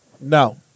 No